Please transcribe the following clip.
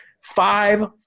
Five